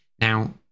Now